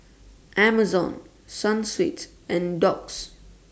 Amazon Sunsweet and Doux